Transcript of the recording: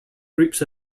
groups